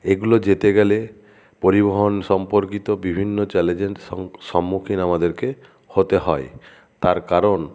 এগুলো যেতে গেলে পরিবহন সম্পর্কিত বিভিন্ন চ্যালেঞ্জের সম্মুখীন আমাদেরকে হতে হয় তার কারণ